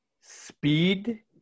Speed